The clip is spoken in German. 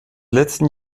letzten